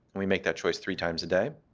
and we make that choice three times a day.